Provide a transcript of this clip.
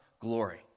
glory